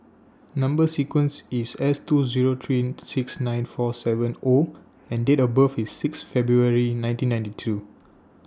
Number sequence IS S two Zero three six nine four seven O and Date of birth IS six February nineteen ninety two